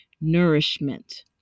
nourishment